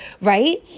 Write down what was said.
right